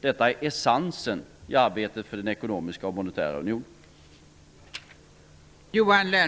Detta är essensen i arbetet för den ekonomiska och monetära unionen.